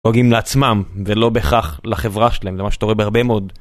דואגים לעצמם ולא בכך לחברה שלהם זה מה שקורה בהרבה מאוד.